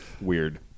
Weird